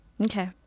Okay